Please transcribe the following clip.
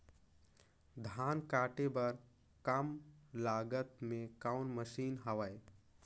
धान काटे बर कम लागत मे कौन मशीन हवय?